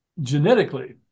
genetically